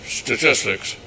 statistics